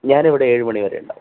ഞാനിവിടെ ഏഴു മണിവരെയുണ്ടാവും